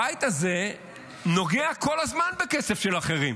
הבית הזה נוגע כל הזמן בכסף של אחרים.